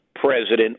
president